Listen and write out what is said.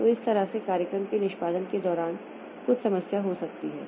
तो इस तरह से कार्यक्रम के निष्पादन के दौरान कुछ समस्या हो सकती है